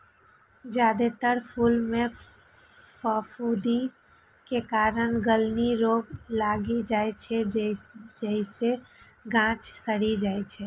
जादेतर फूल मे फफूंदी के कारण गलनी रोग लागि जाइ छै, जइसे गाछ सड़ि जाइ छै